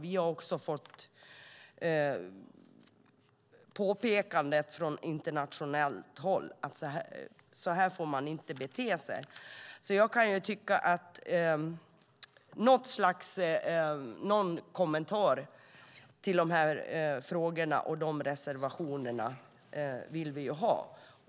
Vi har också fått påpekande från internationellt håll om att man inte får bete sig på det sättet. Någon kommentar till reservationerna vill vi ha.